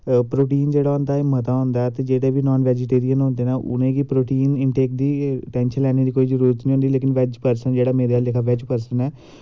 protein जेह्ड़ा होंदी एह् मता होंदा ऐ ते जेह्ड़े नॉन बैजीटेरियन होंदे नै उ'नेंगी प्रोटीन दी टैंशन लैने दी कोई जरूरत नी होंदी लेकिन बैज्ज पर्सन जेह्ड़ा मेरे आह्ला लेखा जेह्ड़ा बैज्ज पर्सन